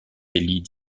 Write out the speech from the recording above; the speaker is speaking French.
délit